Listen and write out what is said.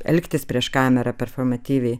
elgtis prieš kamerą performatyviai